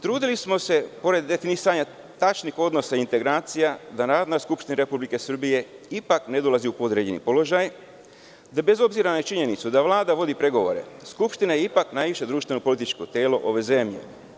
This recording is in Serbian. Trudili smo se, pored definisanja tačnih odnosa integracija, da na Skupštini Republike Srbije ipak ne dolazi u podređeni položaj, da bez obzira na činjenicu da Vlada vodi pregovore, Skupština je ipak najviše društveno-političko telo ove zemlje.